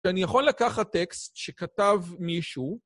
ואני יכול לקחת טקסט שכתב מישהו.